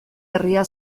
herria